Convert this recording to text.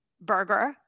burger